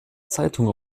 zeitung